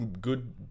good